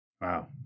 Wow